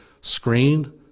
Screen